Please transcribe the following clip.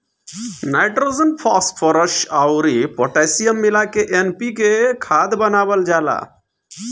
nitrogen, phosphorus अउर potassium मिला के एन.पी.के खाद बनावल जाला